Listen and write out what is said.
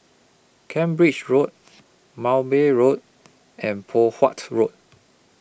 Cambridge Road Mowbray Road and Poh Huat Road